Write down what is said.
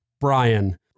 Brian